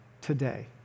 today